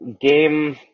game